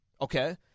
Okay